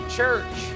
church